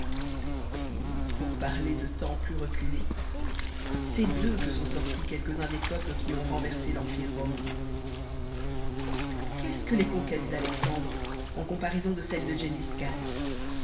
et pour parler de temps plus reculés c'est d'eux que sont sortis quelques-uns des peuples qui ont renversé l'empire romain qu'est-ce que les conquêtes d'alexandre en comparaison de celles de